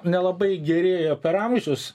nelabai gerėjo per amžius